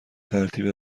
ترتیب